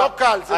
לא קל, זה נכון.